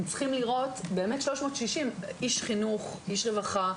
הם צריכים לראות באמת 360. איש חינוך, איש רווחה,